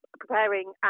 preparing